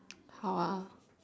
how ah